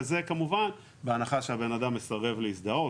וזה כמובן בהנחה שהבן אדם מסרב להזדהות,